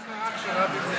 מה קרה כשרבין נרצח,